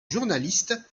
journaliste